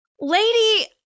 Lady